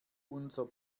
unser